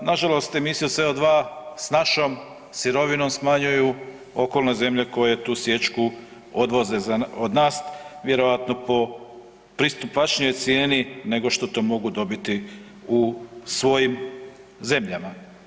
Na žalost emisija CO2 s našom sirovinom smanjuju okolne zemlje koje tu sječku odvoze od nas vjerojatno po pristupačnijoj cijeni, nego što to mogu dobiti u svojim zemljama.